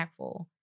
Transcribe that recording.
impactful